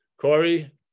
Corey